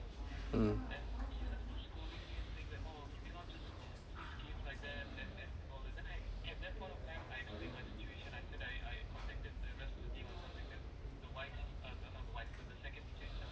mm